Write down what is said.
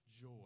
joy